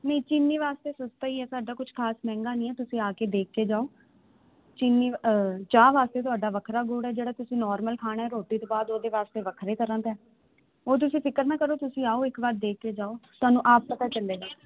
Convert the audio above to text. ਨਹੀਂ ਚੀਨੀ ਵਾਸਤੇ ਸਸਤਾ ਹੀ ਹ ਸਾਡਾ ਕੁਛ ਖਾਸ ਮਹਿੰਗਾ ਨਹੀਂ ਤੁਸੀਂ ਆ ਕੇ ਦੇਖ ਕੇ ਜਾਓ ਚੀਨੀ ਚਾਹ ਵਾਸਤੇ ਤੁਹਾਡਾ ਵੱਖਰਾ ਗੋੜ ਐ ਜਿਹੜਾ ਤੁਸੀਂ ਨੋਰਮਲ ਖਾਣਾ ਰੋਟੀ ਤੋਂ ਬਾਅਦ ਉਹਦੇ ਵਾਸਤੇ ਵੱਖਰੇ ਤਰਹਾਂ ਦਾ ਉਹ ਤੁਸੀਂ ਫਿਕਰ ਨਾ ਕਰੋ ਤੁਸੀਂ ਆਓ ਇੱਕ ਵਾਰ ਦੇਖ ਕੇ ਜਾਓ ਤੁਹਾਨੂੰ ਆਪ ਪਤਾ ਚੱਲੇਗਾ